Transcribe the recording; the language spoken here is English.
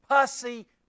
pussy